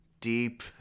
deep